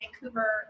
vancouver